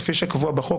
כפי שקבוע בחוק,